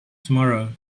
tomorrow